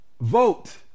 Vote